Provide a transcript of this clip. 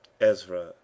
Ezra